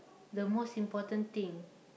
the most important thing